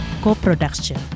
co-production